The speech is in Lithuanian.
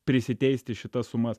prisiteisti šitas sumas